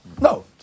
No